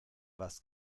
was